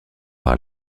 par